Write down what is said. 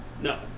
No